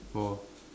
for